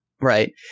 Right